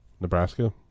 Nebraska